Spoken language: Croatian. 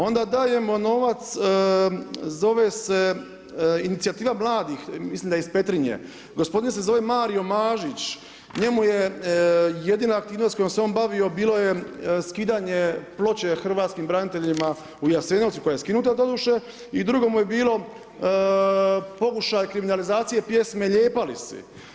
Onda dajemo novac zove se inicijativa mladih, mislim da je iz Petrinje, gospodin se zove Mario Mažić, njemu je jedina aktivnost kojom se on bavio, bilo je skidanje ploče hrvatskim braniteljima u Jasenovcu koja je skinuta doduše i drugo mu je bilo pokušaj kriminalizacije pjesme „Lijepa li si“